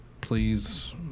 Please